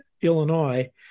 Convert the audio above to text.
Illinois